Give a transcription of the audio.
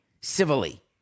civilly